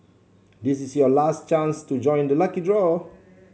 this is your last chance to join the lucky draw